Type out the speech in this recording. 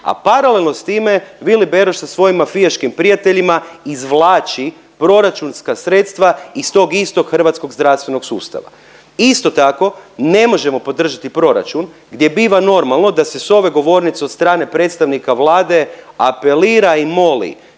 a paralelno s time Vili Beroš sa svojim mafijaškim prijateljima izvlači proračunska sredstva iz tog istog hrvatskog zdravstvenog sustava. Isto tako ne možemo podržati proračun gdje biva normalno da se s ove govornice od strane predstavnika Vlade apelira i moli